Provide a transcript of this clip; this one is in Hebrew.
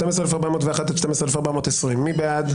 12,341 עד 12,360, מי בעד?